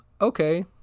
okay